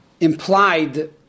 implied